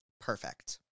Perfect